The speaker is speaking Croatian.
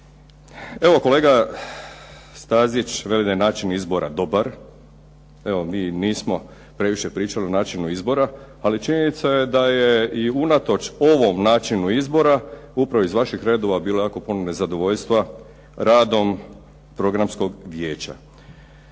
Evo kolega Stazić veli da je način izbora dobar, evo mi nismo previše pričali o načinu izbora, ali činjenica je da je i unatoč ovom načinu izbora upravo iz vaših redova bilo jako puno nezadovoljstva radom Programskog vijeća.